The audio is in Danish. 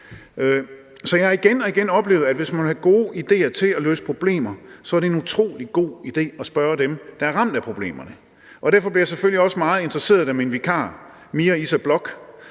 Så jeg har igen og igen oplevet, at hvis man vil have gode ideer til at løse problemer, så er det en utrolig god idé at spørge dem, der er ramt af problemerne, og derfor blev jeg selvfølgelig også meget interesseret, da min vikar, Mira Issa Bloch,